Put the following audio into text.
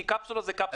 כי קפסולה זה קפסולה,